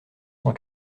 cent